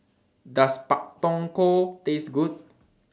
Does Pak Thong Ko Taste Good